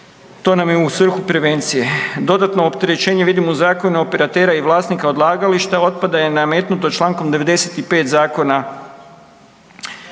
To nam je u svrhu prevencije. Dodatno opterećenje vidimo u zakonu operatera i vlasnika odlagališta otpada je nametnuto čl. 95. Zakona,